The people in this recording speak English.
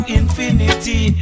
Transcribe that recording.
infinity